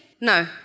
No